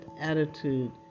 attitude